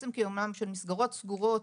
עם קיומן של מסגרות סגורות